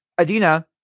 Adina